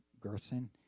Gerson